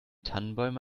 tannenbäume